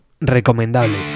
Recomendables